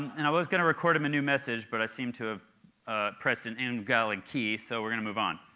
and i was going to record him a new message, but i seem to have pressed an and invalid key, so we're going to move on.